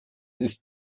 ist